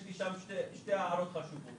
יש לי לגביו שתי הערות חשובות